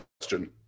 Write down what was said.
question